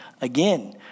again